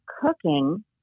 cooking